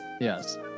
Yes